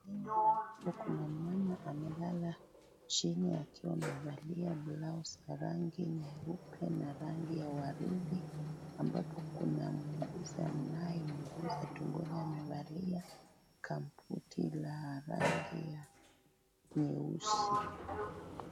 Sehemu ambapo kuna mama amelala chini akiwa amevalia blausi nyeupe na rangi ya waridi ambapo kuna mwuguzu anayemgusa tumboni amevalia gambuti la rangi ya nyeusi.